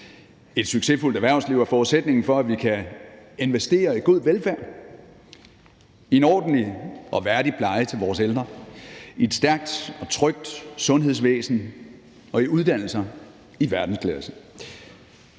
Et succesfuldt erhvervsliv er forudsætningen for, at vi kan investere i god velfærd, en ordentlig og værdig pleje til vores ældre, et stærkt og trygt sundhedsvæsen og uddannelser i verdensklasse.